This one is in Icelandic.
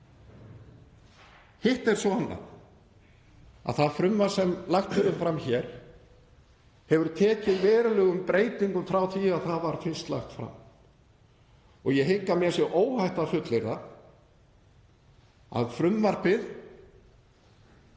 Hitt er svo annað að það frumvarp sem lagt er fram hér hefur tekið verulegum breytingum frá því að það var fyrst lagt fram. Ég hygg að mér sé óhætt að fullyrða að frumvarpið,